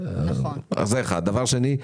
דבר שני,